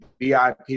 VIP